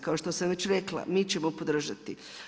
Kao što sam već rekla, mi ćemo podržati.